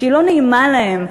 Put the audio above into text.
היא לא נעימה להם,